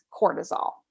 cortisol